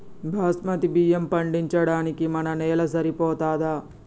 బాస్మతి బియ్యం పండించడానికి మన నేల సరిపోతదా?